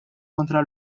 kontra